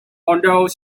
although